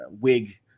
wig